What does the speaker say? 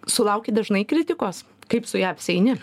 sulauki dažnai kritikos kaip su ja apsieini